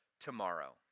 tomorrow